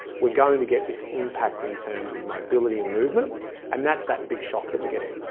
we're going to get this impact in terms of mobility and movement and that's that big shock that we're getting.